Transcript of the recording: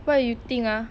what you think ah